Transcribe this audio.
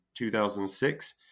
2006